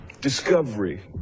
discovery